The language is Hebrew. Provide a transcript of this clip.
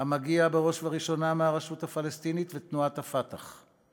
המגיעה בראש ובראשונה מהרשות הפלסטינית ותנועת ה"פתח".